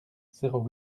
zéro